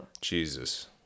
Jesus